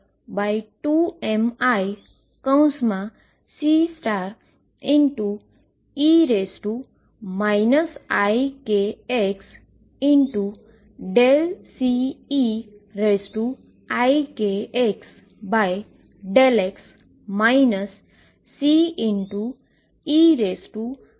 અને current density j2miCe ikx∂Ceikx∂x Ceikx∂xCe ikx છે